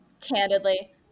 candidly